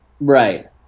right